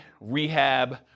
rehab